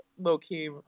low-key